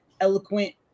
Eloquent